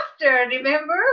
remember